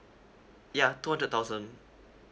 ya two hundred thousand